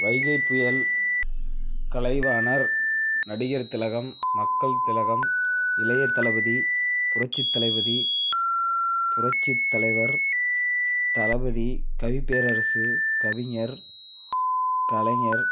வைகைப்புயல் கலைவானர் நடிகர் திலகம் மக்கள் திலகம் இளைய தளபதி புரட்சி தளபதி புரட்சி தலைவர் தளபதி கவிப்பேரரசு கவிஞர் கலைஞர்